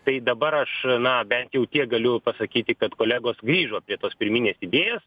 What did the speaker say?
tai dabar aš na bent jau tiek galiu pasakyti kad kolegos grįžo prie tos pirminės idėjos